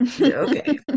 okay